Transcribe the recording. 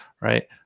right